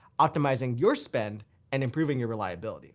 optimizing your spend and improving your reliability